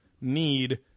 need